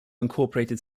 incorporated